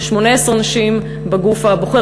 18 נשים בגוף הבוחר.